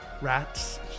rats